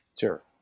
Sure